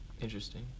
Interesting